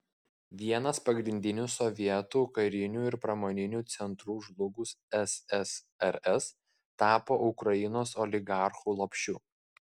vienas pagrindinių sovietų karinių ir pramoninių centrų žlugus ssrs tapo ukrainos oligarchų lopšiu